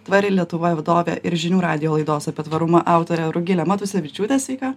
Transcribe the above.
tvari lietuva vadove ir žinių radijo laidos apie tvarumą autorė rugile matusevičiūte sveika